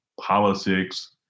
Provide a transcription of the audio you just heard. politics